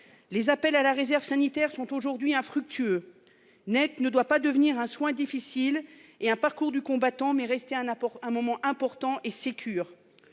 Les appels à la réserve sanitaire sont aujourd'hui infructueux Net ne doit pas devenir un soin difficiles et un parcours du combattant, mais rester un apport un moment important et Secure,